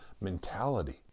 mentality